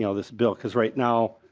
you know this bill. because right now